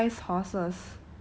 otter-sized